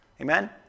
Amen